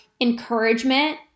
encouragement